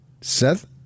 Seth